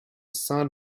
sainte